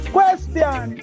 Question